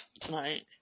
tonight